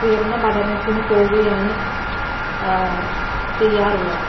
ഉയർന്ന പഠനത്തിന് പോവുകയാണ് ചെയ്യാറുള്ളത്